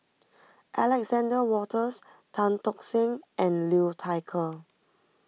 Alexander Wolters Tan Tock Seng and Liu Thai Ker